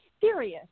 serious